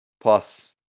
plus